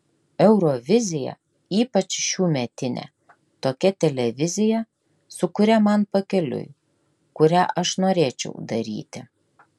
eurovizija ypač šiųmetinė tokia televizija su kuria man pakeliui kurią aš norėčiau daryti